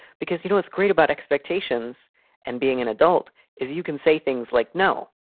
because, you know, what's great about expectations and being an adult is you can say things like, no.